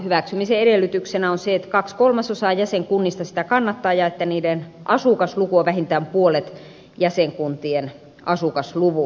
hyväksymisen edellytyksenä on se että kaksi kolmasosaa jäsenkunnista sitä kannattaa ja että niiden asukasluku on vähintään puolet jäsenkuntien asukasluvusta